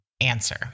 answer